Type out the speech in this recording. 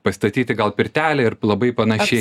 pastatyti gal pirtelę ir labai panašiai